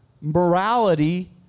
morality